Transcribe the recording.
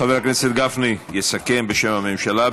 חבר הכנסת גפני יסכם בשם הממשלה.